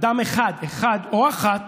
אדם אחד, אחד או אחת,